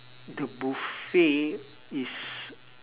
the buffet is